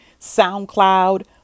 SoundCloud